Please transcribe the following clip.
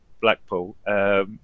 Blackpool